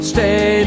Stay